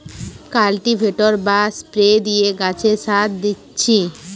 cultivator বা spray দিয়ে গাছে সার দিচ্ছি